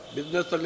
Business